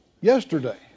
yesterday